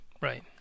right